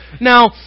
Now